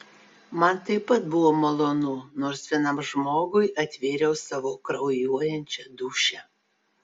man taip pat buvo malonu nors vienam žmogui atvėriau savo kraujuojančią dūšią